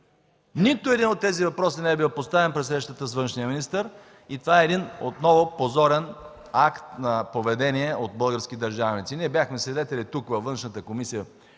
Нито един от тези въпроси не е бил поставен при срещата с министъра на външните работи и това е един отново позорен акт на поведение от български държавници. Ние бяхме свидетели тук, във Външната комисия